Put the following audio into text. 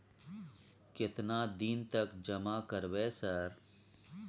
केतना दिन तक जमा करबै सर?